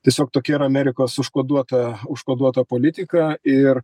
tiesiog tokia yra amerikos užkoduota užkoduota politika ir